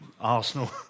Arsenal